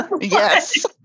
Yes